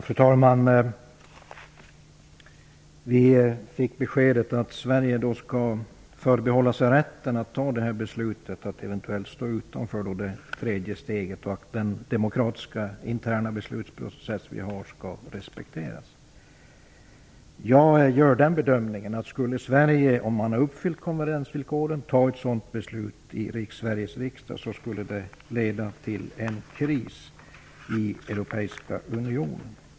Fru talman! Vi fick beskedet att Sverige skall förbehålla sig rätten att fatta beslutet att eventuellt stå utanför det tredjet steget i EMU och att vår demokratiska interna beslutsprocess skall respekteras. Jag gör bedömningen att om Sverige har uppfyllt konvergensvillkoren och vi skulle fatta ett sådant beslut i Sveriges riksdag skulle det leda till en kris i Europeiska unionen.